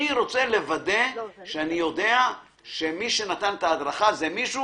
אני רוצה לוודא שאני יודע שמי שנתן את ההדרכה זה מישהו